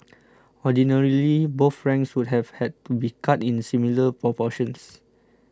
ordinarily both ranks would have had to be cut in similar proportions